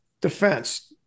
defense